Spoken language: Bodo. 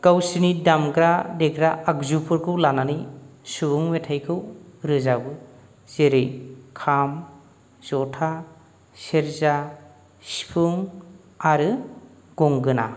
गावसोरनि दामग्रा देग्रा आगजुफोरखौ लानानै सुबुं मेथायखौ रोजाबो जेरै खाम जथा सेरजा सिफुं आरो गंगोना